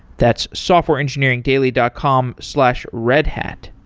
that's softwareengineeringdaily dot com slash redhat.